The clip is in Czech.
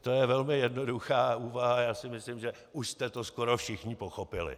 To je velmi jednoduchá úvaha a já si myslím, že už jste to skoro všichni pochopili.